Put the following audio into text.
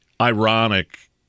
ironic